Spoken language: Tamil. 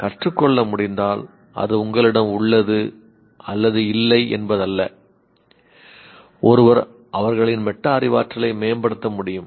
கற்றுக்கொள்ள முடிந்தால் அது உங்களிடம் உள்ளது அல்லது இல்லை என்பது அல்ல ஒருவர் அவர்களின் மெட்டா அறிவாற்றலை மேம்படுத்த முடியும்